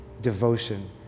devotion